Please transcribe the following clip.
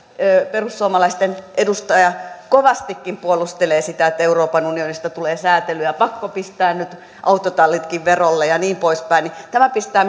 perussuomalaisten edustaja kovastikin puolustelee sitä että euroopan unionista tulee sääntelyä pakko pistää nyt autotallitkin verolle ja niin poispäin tämä pistää